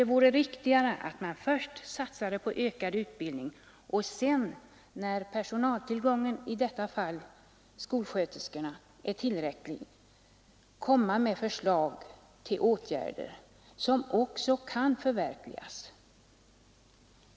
Det vore riktigare att först satsa på ökad utbildning och sedan, när tillgången på personal — i detta fall skolsköterskor — är tillräcklig, komma med förslag till åtgärder som också kan förverkligas.